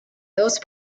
those